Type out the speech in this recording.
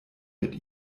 mit